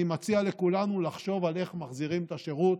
אני מציע לכולנו לחשוב על איך מחזירים את השירות